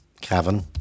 Kevin